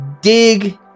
dig